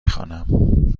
خوانم